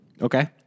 Okay